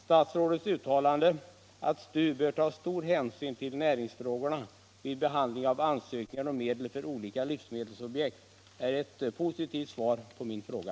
Statsrådets uttalande att STU bör ta stor hänsyn till näringsfrågorna vid behandlingen av ansökningar om medel för olika livsmedelsobjekt är ett positivt svar på min fråga.